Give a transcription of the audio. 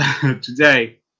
today